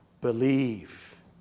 believe